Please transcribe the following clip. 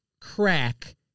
crack